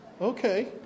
Okay